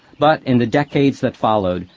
but in the decades, that followed,